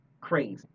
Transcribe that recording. crazy